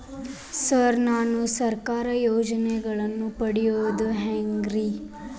Sir ನಾನು ಸರ್ಕಾರ ಯೋಜೆನೆಗಳನ್ನು ಪಡೆಯುವುದು ಹೆಂಗ್ರಿ?